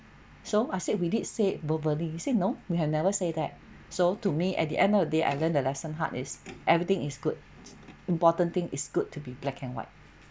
so I said we did said verbally you say no we have never say that so to me at the end of the day I learned the lesson hard is everything it's good important thing it's good to be black and white